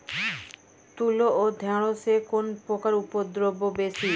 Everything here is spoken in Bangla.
তুলো ও ঢেঁড়সে কোন পোকার উপদ্রব বেশি হয়?